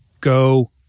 Go